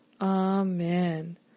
Amen